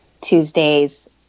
Tuesday's